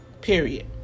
period